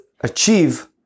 achieve